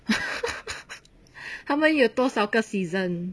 他们有多少个 season